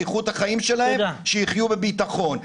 לאיכות החיים שלהם שיחיו בביטחון.